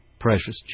Precious